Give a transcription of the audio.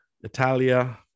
Italia